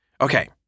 Okay